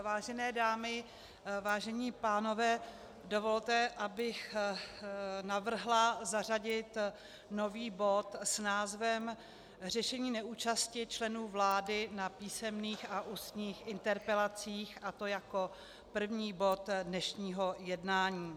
Vážené dámy, vážení pánové, dovolte, abych navrhla zařadit nový bod s názvem řešení neúčasti členů vlády na písemných a ústních interpelacích, a to jako první bod dnešního jednání.